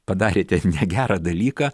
padarėte negerą dalyką